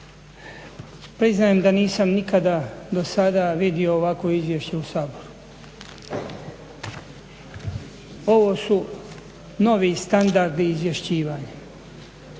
Priznajem da nisam nikada do sada vidio ovako izvješće u Saboru. ovo su novi standardi izvješćivanja,